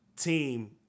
team